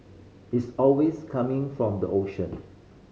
it's always coming from the ocean